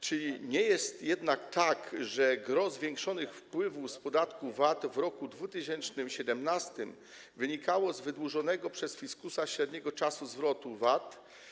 Czy nie jest jednak tak, że gros zwiększonych wpływów z podatku VAT w roku 2017 wynikało z wydłużonego przez fiskusa średniego czasu zwrotu VAT?